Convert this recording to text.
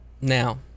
Now